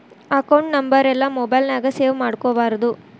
account ನಂಬರೆಲ್ಲಾ mobile ನ್ಯಾಗ save ಮಾಡ್ಕೊಬಾರ್ದು